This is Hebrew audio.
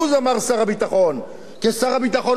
כי שר הביטחון לא סופר אפילו את שר האוצר.